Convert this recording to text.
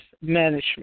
management